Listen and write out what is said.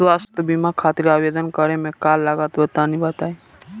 स्वास्थ्य बीमा खातिर आवेदन करे मे का का लागत बा तनि बताई?